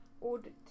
ordered